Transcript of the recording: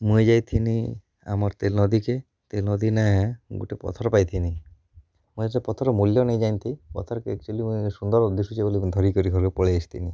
ମୁଇଁ ଯାଇଥିନି ଆମର୍ ତେଲ୍ ନଦୀକେ ତେଲ୍ ନଦୀନେ ଗୁଟେ ପଥର୍ ପାଇଥିନି ମୁଇଁ ସେ ପଥର୍ ମୁଲ୍ୟ ନେଇଁ ଜାଣିଥାଇ ପଥର୍ କେ ଆକ୍ଚୁଆଲି ମୁଇଁ ସୁନ୍ଦର୍ ଦିଶୁଚେ ବୋଲି ମୁଇଁ ଧରିକରି ଘରକେ ପଳେଇ ଆସିଥିନି